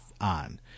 on